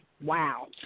Wow